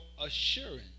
assurance